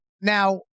now